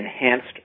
enhanced